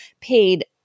paid